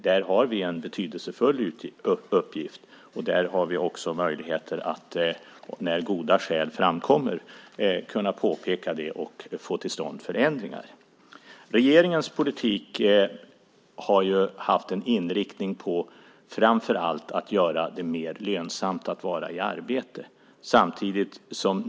Där har vi en betydelsefull uppgift, och där har vi också möjligheter att när goda skäl framkommer påpeka förhållanden och få till stånd förändringar. Regeringens politik har haft en inriktning på att framför allt göra det mer lönsamt att vara i arbete.